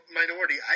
minority